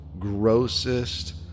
grossest